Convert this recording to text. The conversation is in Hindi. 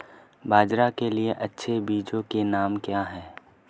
बाजरा के लिए अच्छे बीजों के नाम क्या हैं?